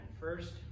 First